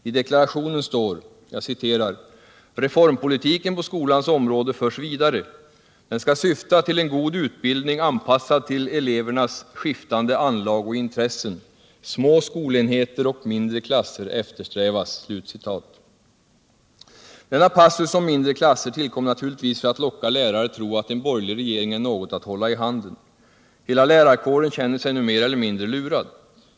I deklarationen står det: ”Reformpolitiken på skolans område förs vidare. Den skall syfta till en god utbildning anpassad till elevernas skiftande anlag och intressen. Små skolenheter och mindre klasser eftersträvas.” Denna passus om mindre klasser tillkom naturligtvis för att locka lärare tro att en borgerlig regering är något att ”hålla i handen”. Hela lärarkåren känner sig nu mer eller mindre lurad.